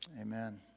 Amen